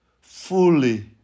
fully